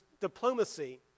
diplomacy